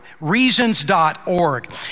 reasons.org